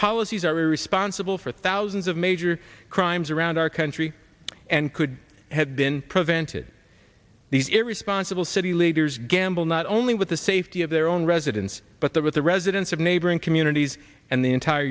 policies are responsible for thousands of major crimes around our country and could have been prevented these irresponsible city leaders gamble not only with the safety of their own residents but there with the residents of neighboring communities and the entire